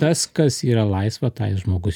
tas kas yra laisva tą ir žmogus